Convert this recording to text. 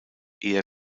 eher